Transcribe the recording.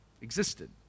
existed